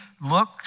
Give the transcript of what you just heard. look